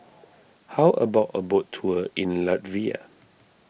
how about a boat tour in Latvia